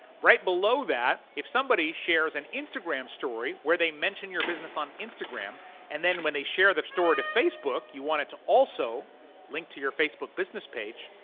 right below that, if somebody shares an instagram story where they mentioned your business on instagram and then when they share the story to facebook, you want it to also link to your facebook business page,